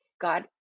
God